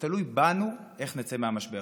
לדבר על איך אנחנו יוצאים מחוזקים מהמשבר